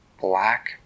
black